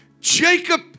Jacob